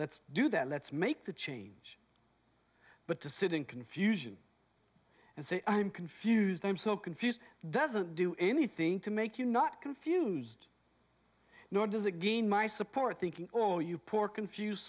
let's do that let's make the change but to sit in confusion and say i'm confused i'm so confused doesn't do anything to make you not confused nor does again my support thinking oh you poor confused